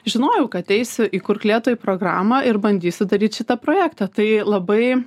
žinojau kad eisiu į kurk lietuvai programą ir bandysiu daryt šitą projektą tai labai